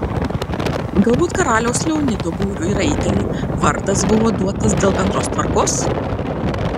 galbūt karaliaus leonido būriui raitelių vardas buvo duotas dėl bendros tvarkos